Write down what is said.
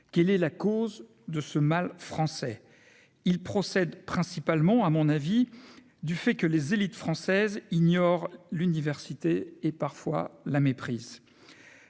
quelle est la cause de ce mal français, il procède principalement à mon avis, du fait que les élites françaises ignorent l'université et parfois la méprise,